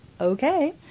okay